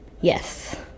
yes